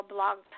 Blog